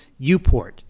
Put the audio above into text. Uport